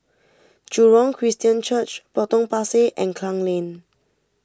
Jurong Christian Church Potong Pasir and Klang Lane